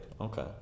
Okay